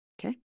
Okay